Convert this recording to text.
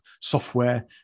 software